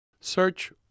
search